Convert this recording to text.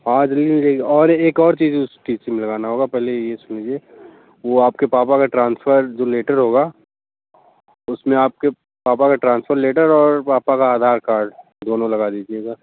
आज नहीं मिलेगी और एक और चीज़ उस टि सी में लगाना होगा पहले ये सुन लीजिए वो आपके पापा का जो लेटर होगा उस में आपके पापा का ट्रांसफर लेटर और पापा का आधार कार्ड दोनों लगा दीजिएगा